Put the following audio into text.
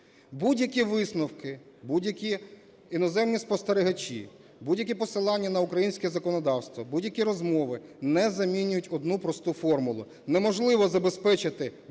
Будь-які висновки, будь-які іноземні спостерігачі, будь-які посилання на українське законодавство, будь-які розмови не замінюють одну просту формулу: неможливо забезпечити безпеку